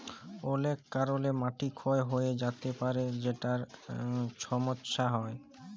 অলেক কারলে মাটি ক্ষয় হঁয়ে য্যাতে পারে যেটায় ছমচ্ছা হ্যয়